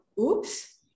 oops